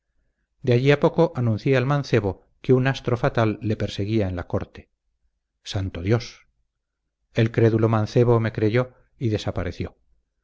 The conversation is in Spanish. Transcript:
de allí a poco anuncié al mancebo que un astro fatal le perseguía en la corte santo dios el crédulo mancebo me creyó y desapareció